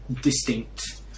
distinct